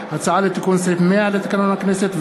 הצעה לתיקון סעיף 100 לתקנון הכנסת,